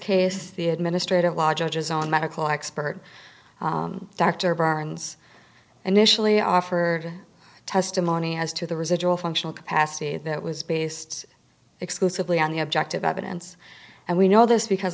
case the administrative law judges on medical expert dr barnes an initially offered testimony as to the residual functional capacity that was based exclusively on the objective evidence and we know this because